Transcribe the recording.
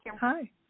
Hi